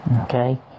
Okay